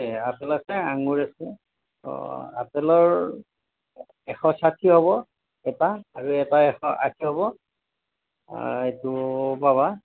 আছে আপেল আছে আঙুৰ আছে অঁ আপেলৰ এশ ষাঠি হ'ব এটা আৰু এটা এশ আশী হ'ব এইটোও পাবা